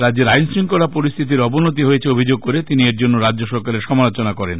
রাজ্যের আইন শৃঙ্খলা পরিস্থিতির অবনতি হয়েছে অভিযোগ করে তিনি এর জন্য রাজ্য সরকারের সমালোচনা করেন